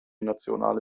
nationale